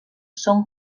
són